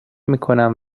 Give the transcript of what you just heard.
میکنم